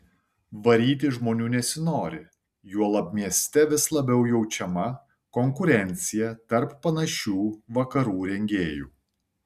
varyti žmonių nesinori juolab mieste vis labiau jaučiama konkurencija tarp panašių vakarų rengėjų